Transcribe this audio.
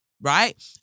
right